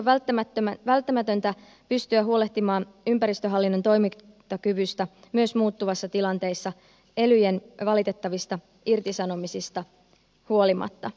on välttämätöntä pystyä huolehtimaan ympäristöhallinnon toimintakyvystä myös muuttuvissa tilanteissa elyjen valitettavista irtisanomisista huolimatta